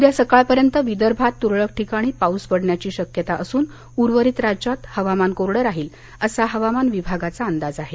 उद्या सकाळपर्यंत विदर्भांत तूरळक ठिकाणी पाऊस पडण्याची शक्यता असन उर्वरित राज्यात हवामान कोरडं राहील असा हवामान विभागाचा अंदाज आहे